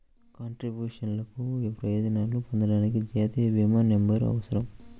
కంట్రిబ్యూషన్లకు ప్రయోజనాలను పొందడానికి, జాతీయ భీమా నంబర్అవసరం